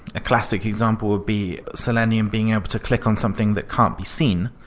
a classic example would be selenium being able to click on something that can't be seen.